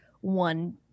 one